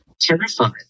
terrified